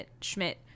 Schmidt